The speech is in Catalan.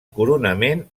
coronament